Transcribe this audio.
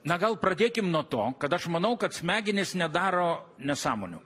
na gal pradėkim nuo to kad aš manau kad smegenys nedaro nesąmonių